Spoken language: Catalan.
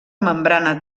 membrana